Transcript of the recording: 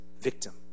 victim